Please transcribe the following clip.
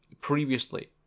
previously